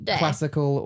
classical